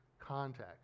context